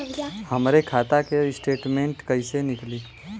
हमरे खाता के स्टेटमेंट कइसे निकली?